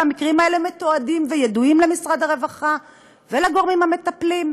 והמקרים האלה מתועדים וידועים למשרד הרווחה ולגורמים המטפלים.